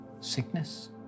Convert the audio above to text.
sickness